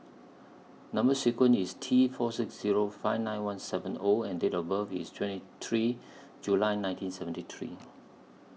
Number sequence IS T four six Zero five nine one seven O and Date of birth IS twenty three July nineteen seventy three